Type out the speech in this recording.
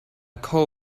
coal